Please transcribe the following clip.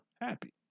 happy